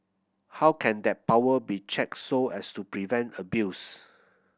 how can that power be checked so as to prevent abuse